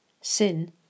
Sin